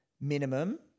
minimum